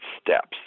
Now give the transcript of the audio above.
steps